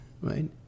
right